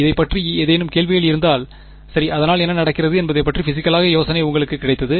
இதைப் பற்றி ஏதேனும் கேள்விகள் இருந்தால் சரி அதனால் என்ன நடக்கிறது என்பது குறித்த பிசிகளான யோசனை உங்களுக்கு கிடைத்தது